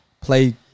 play